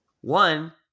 One